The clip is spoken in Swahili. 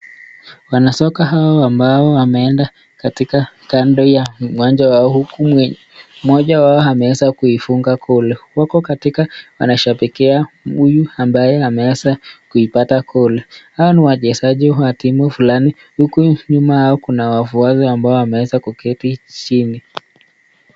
Wanasoka hawa ambao wameenda kando ya uwanja wao, huku moja wao ameweza kuifunga goli, huku katika wanashabikia huyu ambaye ameweza kuipata goli katika goli, hawa ni wachezaji wa timu fulani, huku nyuma yao kuna wafuasi ambao wameweza kuketi chini.